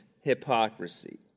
hypocrisy